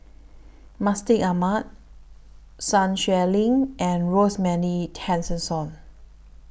Mustaq Ahmad Sun Xueling and Rosemary Tessensohn